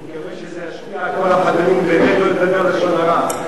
מקווה שזה ישפיע על כל החברים לא לדבר לשון הרע.